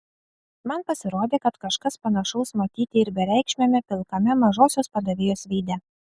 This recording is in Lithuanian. man pasirodė kad kažkas panašaus matyti ir bereikšmiame pilkame mažosios padavėjos veide